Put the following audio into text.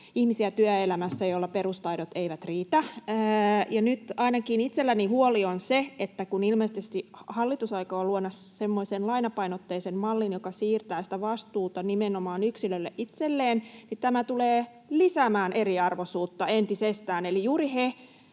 ihmisiä, joilla perustaidot eivät riitä. Nyt ainakin itselläni huoli on se, että kun ilmeisesti hallitus aikoo luoda semmoisen lainapainotteisen mallin, joka siirtää sitä vastuuta nimenomaan yksilölle itselleen, niin tämä tulee lisäämään eriarvoisuutta entisestään. Eli